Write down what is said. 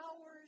hours